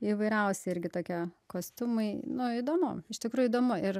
įvairiausi irgi tokie kostiumai nu įdomu iš tikro įdomu ir